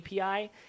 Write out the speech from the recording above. API